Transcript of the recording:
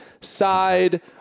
side